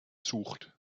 sucht